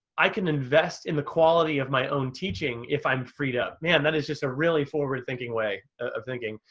i can invest in the quality of my own teaching if i'm freed up. man, that is just a really forward thinking way of thinking.